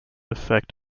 effect